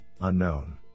unknown